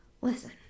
Listen